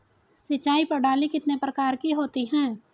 सिंचाई प्रणाली कितने प्रकार की होती हैं?